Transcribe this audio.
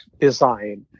design